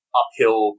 uphill